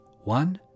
One